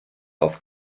auf